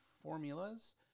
formulas